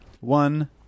one